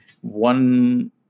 One